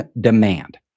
demand